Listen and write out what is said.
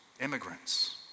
immigrants